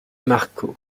marco